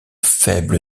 faible